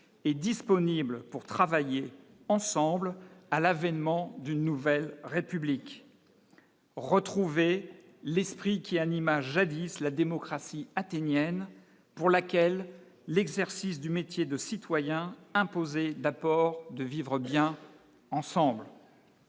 et disponible pour travailler ensemble à l'avènement d'une nouvelle République, retrouver l'esprit qui anima jadis la démocratie athénienne pour laquelle l'exercice du métier de citoyens imposer l'apport de vivre bien ensemble